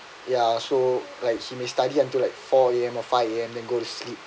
ya so like he may study until like four A_M or five A_M then go to sleep